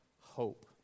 hope